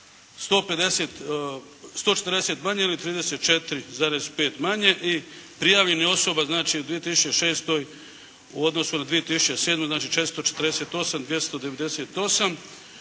140 manje ili 34,5 manje i prijavljenih osoba znači u 2006. u odnosu na 2007. znači 448 298